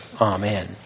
Amen